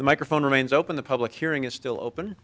the microphone remains open the public hearing is still open